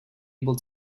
able